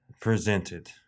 presented